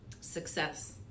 success